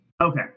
Okay